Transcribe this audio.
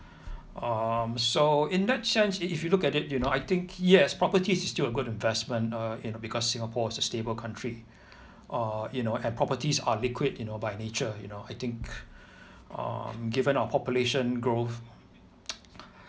um so in that sense if if you look at it you know I think yes properties is still a good investment uh in because singapore is a stable country uh you know and properties are liquid you know by nature you know I think um given our population growth